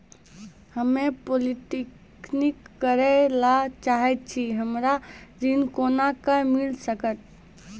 हम्मे पॉलीटेक्निक करे ला चाहे छी हमरा ऋण कोना के मिल सकत?